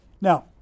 Now